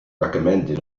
recommended